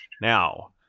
Now